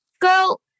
girl